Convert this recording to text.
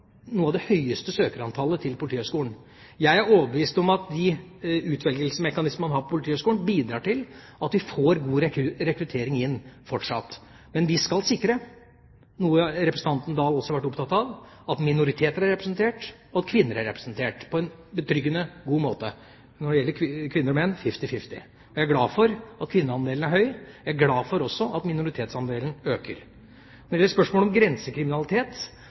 noe representanten Oktay Dahl også har vært opptatt av, at minoriteter er representert, og at kvinner er representert, på en betryggende, god måte – når det gjelder kvinner og menn, fifty-fifty. Jeg er glad for at kvinneandelen er høy. Jeg er også glad for at minoritetsandelen øker. Når det gjelder spørsmålet om grensekriminalitet